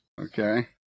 okay